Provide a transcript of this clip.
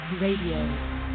Radio